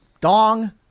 dong